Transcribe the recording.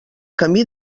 camí